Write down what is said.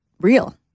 real